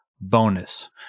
bonus